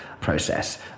process